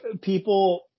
people